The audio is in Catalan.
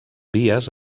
vies